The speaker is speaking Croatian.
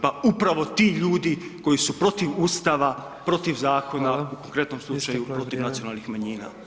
Pa upravi ti ljudi koji su protiv Ustava, protiv zakona, u konkretnom slučaju protiv nacionalnih manjina.